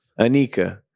Anika